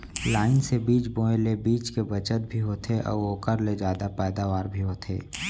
line से बीज बोए ले बीच के बचत भी होथे अउ ओकर ले जादा पैदावार भी होथे